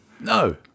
No